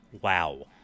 wow